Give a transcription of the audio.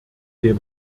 dem